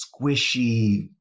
squishy